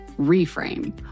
reframe